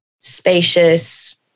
spacious